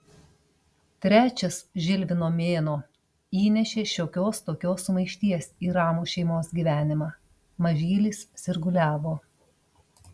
trečias žilvino mėnuo įnešė šiokios tokios sumaišties į ramų šeimos gyvenimą mažylis sirguliavo